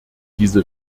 diese